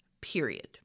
period